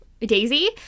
Daisy